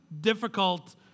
difficult